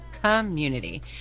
community